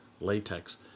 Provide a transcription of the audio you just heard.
latex